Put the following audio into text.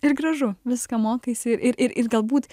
ir gražu viską mokaisi ir ir ir galbūt